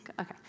Okay